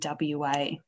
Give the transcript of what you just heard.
WA